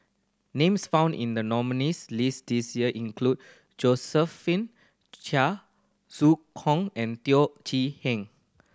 names found in the nominees' list this year include Josephine Chia Zhu Kong and Teo Chee Hean